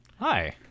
Hi